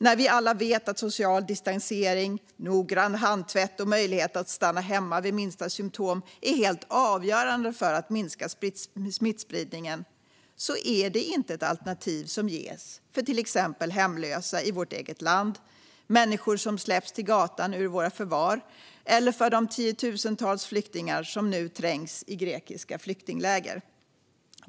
När vi alla vet att social distansering, noggrann handtvätt och möjlighet att stanna hemma vid minsta symtom är helt avgörande för att minska smittspridningen är det inte ett alternativ som ges för till exempel hemlösa i vårt eget land, för människor som släpps ut på gatan från våra förvar eller för de tiotusentals flyktingar som nu trängs i grekiska flyktingläger.